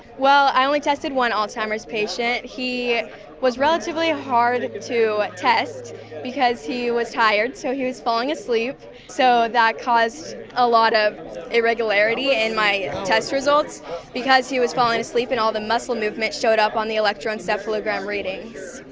well, i only tested one alzheimer's patient. he was relatively hard to test because he was tired, so he was falling asleep, so that caused a lot of irregularity in my test results because he was falling asleep and all the muscle movements showed up on the electroencephalogram readings.